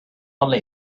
only